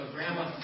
Grandma